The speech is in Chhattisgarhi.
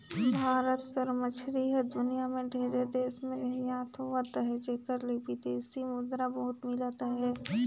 भारत कर मछरी हर दुनियां में ढेरे देस में निरयात होवत अहे जेकर ले बिदेसी मुद्रा बहुत मिलत अहे